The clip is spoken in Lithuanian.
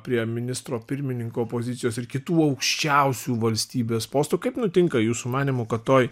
prie ministro pirmininko pozicijos ir kitų aukščiausių valstybės postų kaip nutinka jūsų manymu kad toj